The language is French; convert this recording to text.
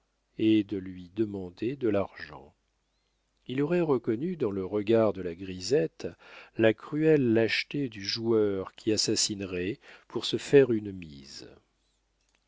et de lui demander de l'argent il aurait reconnu dans le regard de la grisette la cruelle lâcheté du joueur qui assassinerait pour se faire une mise